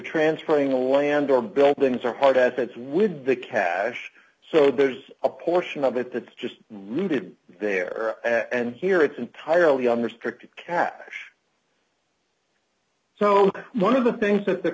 transferring the land or buildings or hard assets with the cash so there's a portion of it that's just rooted there and here it's entirely under strict catch so one of the things that th